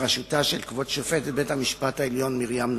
בראשותה של כבוד שופטת בית-המשפט העליון מרים נאור.